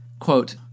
Quote